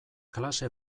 klase